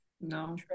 No